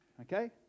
Okay